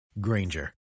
Granger